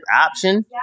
option